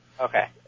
Okay